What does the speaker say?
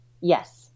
Yes